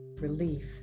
relief